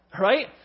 Right